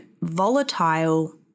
volatile